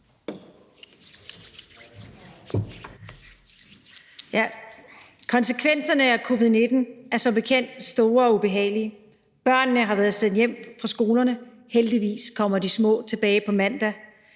Tak. Konsekvenserne af covid-19 er som bekendt store og ubehagelige. Børnene har været sendt hjem fra skolerne – heldigvis kommer de små tilbage på mandag